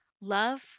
Love